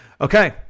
Okay